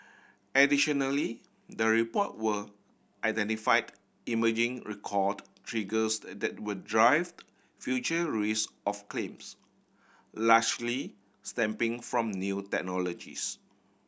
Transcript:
additionally the report were identified emerging recalled triggers that will drive future risk of claims largely from new technologies